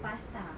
pasta